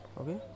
Okay